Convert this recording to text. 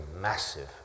massive